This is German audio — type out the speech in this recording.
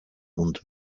und